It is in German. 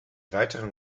weiteren